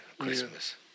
Christmas